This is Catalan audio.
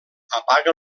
apaga